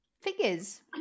Figures